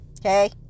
Okay